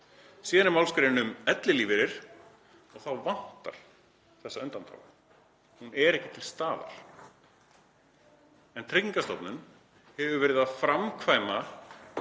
Síðan er málsgrein um ellilífeyri. Þar vantar þessa undanþágu. Hún er ekki til staðar. En Tryggingastofnun hefur verið að framkvæma